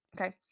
Okay